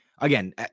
again